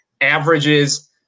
averages